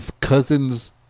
Cousins